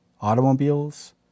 automobiles